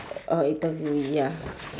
orh interviewee ya